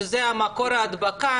שזה מקור ההדבקה,